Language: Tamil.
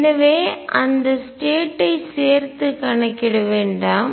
எனவே அந்த ஸ்டேட் ஐ நிலை சேர்த்து கணக்கிட வேண்டாம்